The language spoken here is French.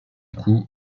coup